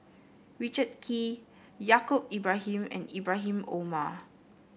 Richard Kee Yaacob Ibrahim and Ibrahim Omar